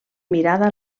mirada